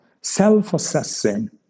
Self-assessing